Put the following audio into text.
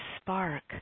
spark